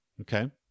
okay